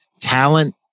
talent